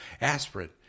aspirin